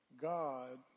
God